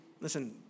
Listen